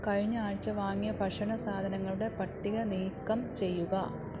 കഴിഞ്ഞ ആഴ്ച വാങ്ങിയ ഭക്ഷണ സാധനങ്ങളുടെ പട്ടിക നീക്കം ചെയ്യുക